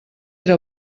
era